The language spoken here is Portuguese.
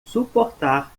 suportar